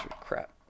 Crap